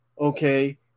okay